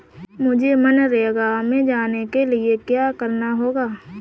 मुझे मनरेगा में जाने के लिए क्या करना होगा?